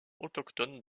autochtone